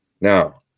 Now